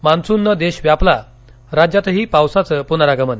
मान्सूननं देश व्यापला राज्यातही पावसाचं पूनरागमन